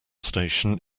station